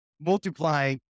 multiplying